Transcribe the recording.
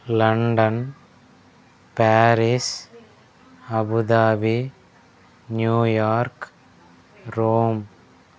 London Paris Abu Dhabi New York Rome